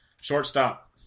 Shortstop